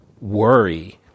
worry